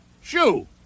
Shoo